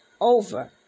over